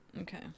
Okay